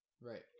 Right